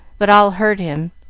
but all heard him,